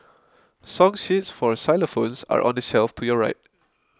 song sheets for xylophones are on the shelf to your right